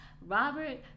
Robert